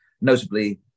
notably